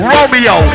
Romeo